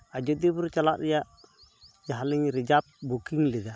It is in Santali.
ᱟᱡᱳᱫᱤᱭᱟᱹ ᱵᱩᱨᱩ ᱪᱟᱞᱟᱜ ᱨᱮᱭᱟᱜ ᱡᱟᱦᱟᱸᱞᱤᱧ ᱨᱤᱡᱟᱵᱽ ᱵᱩᱠᱤᱝ ᱞᱮᱫᱟ